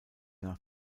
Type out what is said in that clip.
nach